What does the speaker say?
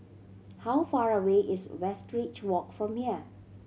how far away is Westridge Walk from here